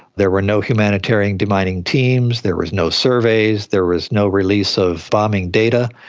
there were no humanitarian de-mining teams, there was no surveys, there was no release of bombing data.